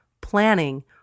planning